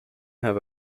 have